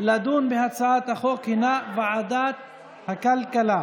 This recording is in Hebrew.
לדון בהצעת החוק הינה ועדת הכלכלה.